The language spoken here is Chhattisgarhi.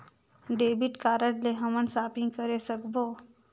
डेबिट कारड ले हमन शॉपिंग करे सकबो?